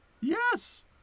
Yes